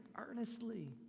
earnestly